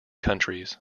countries